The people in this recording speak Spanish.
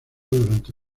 durante